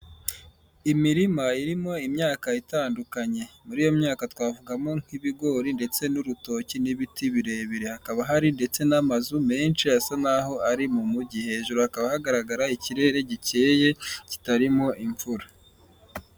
Imirima irimo imyaka itandukanye, muri iyo myaka twavugamo nk'ibigori ndetse n'urutoki n'ibiti birebire, hakaba hari ndetse n'amazu menshi asa naho ari mu mujyi, hejuru hakaba hagaragara ikirere gikeye kitarimo imvura.